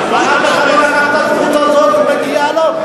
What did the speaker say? היא מגיעה לו,